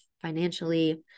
financially